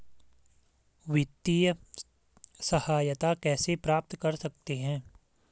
वित्तिय सहायता कैसे प्राप्त कर सकते हैं?